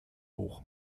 hoch